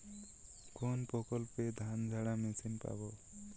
কোনপ্রকল্পে ধানঝাড়া মেশিন পাব?